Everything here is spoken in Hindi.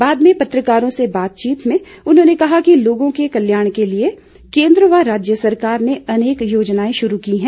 बाद में पत्रकारों से बातचीत में उन्होंने कहा कि लोगों के कल्याण के लिए केन्द्र व राज्य सरकार ने अनेक योजनाएं शुरू की हैं